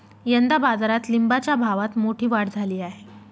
यंदा बाजारात लिंबाच्या भावात मोठी वाढ झाली आहे